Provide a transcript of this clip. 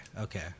okay